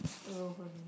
roll over me